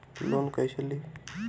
Loan कईसे ली?